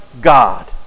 God